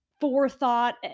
forethought